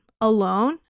alone